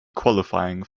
qualifying